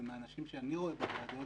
ומהאנשים שאני רואה בוועדות,